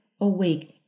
awake